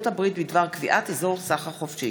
הברית בדבר קביעת אזור סחר חופשי.